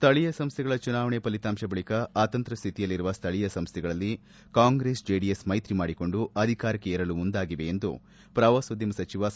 ಸ್ಥಳೀಯ ಸಂಸ್ಥೆಗಳ ಚುನಾವಣಾ ಫಲಿತಾಂಶ ಬಳಿಕ ಅತಂತ್ರ ಶ್ಥಿತಿಯಲ್ಲಿರುವ ಸ್ಥಳೀಯ ಸಂಸ್ಥೆಗಳಲ್ಲಿ ಕಾಂಗ್ರೆಸ್ ಜೆಡಿಎಸ್ ಮೈತ್ರಿ ಮಾಡಿಕೊಂಡು ಅಧಿಕಾರಕ್ಕೆ ಏರಲು ಮುಂದಾಗಿದೆ ಎಂದು ಪ್ರವಾಸೋದ್ಯಮ ಸಚಿವ ಸಾ